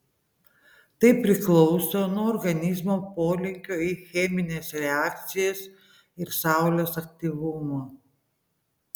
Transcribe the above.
tai priklauso nuo organizmo polinkio į chemines reakcijas ir saulės aktyvumo